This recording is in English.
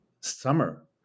summer